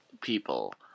people